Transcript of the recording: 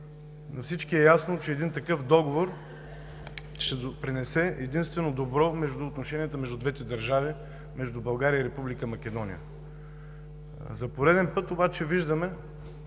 на всички е ясно, че един такъв договор ще допринесе единствено добро между отношенията на двете държави – между България и Република Македония. За пореден път обаче виждаме